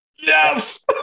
Yes